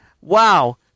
Wow